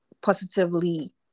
Positively